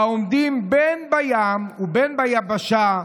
העומדים בין בים ובין ביבשה,